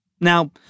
Now